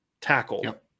tackle